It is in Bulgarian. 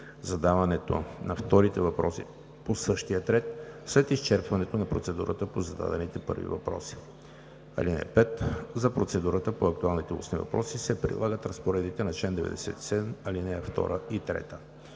Задаването на вторите въпроси е по същия ред, след изчерпването на процедурата по зададените първи въпроси. (5) За процедурата по актуалните устни въпроси се прилагат разпоредбите на чл. 97, ал. 2 и 3.